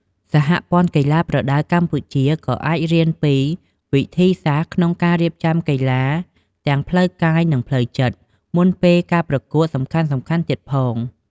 សហព័ន្ធកីឡាប្រដាល់កម្ពុជា ក៏អាចរៀនពីវិធីសាស្ត្រក្នុងការរៀបចំកីឡាករទាំងផ្លូវកាយ និងផ្លូវចិត្ត មុនពេលការប្រកួតសំខាន់ៗទៀតផង។